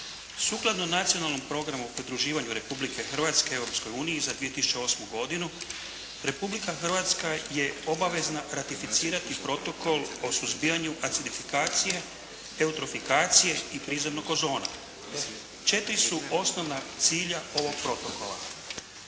Sukladno Nacionalnom programu o pridruživanju Republike Hrvatske Europskoj uniji za 2008. godinu Republika Hrvatska je obavezna ratificirati Protokol o suzbijanju acidifikacije, eutrofikacije i prizemnog ozona. Četiri su osnovna cilja ovog protokola.